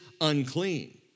unclean